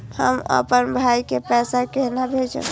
हम आपन भाई के पैसा केना भेजबे?